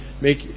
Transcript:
make